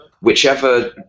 whichever